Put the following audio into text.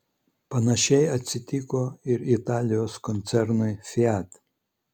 panašiai atsitiko ir italijos koncernui fiat